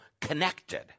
connected